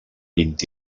vint